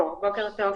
בוקר טוב.